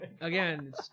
Again